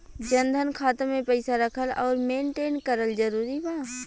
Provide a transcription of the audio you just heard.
जनधन खाता मे पईसा रखल आउर मेंटेन करल जरूरी बा?